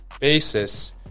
basis